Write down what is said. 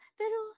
pero